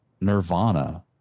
Nirvana